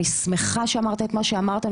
אני שמחה שאמרת את מה שאמרת,